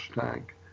tank